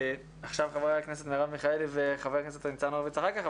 עכשיו חברת הכנסת מרב מיכאלי וחבר הכנסת ניצן הורוביץ אחר כך,